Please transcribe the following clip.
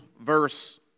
verse